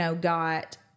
got